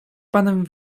panem